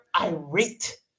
irate